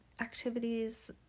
activities